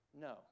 No